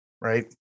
Right